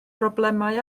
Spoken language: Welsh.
broblemau